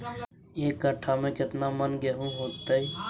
एक कट्ठा में केतना मन गेहूं होतै?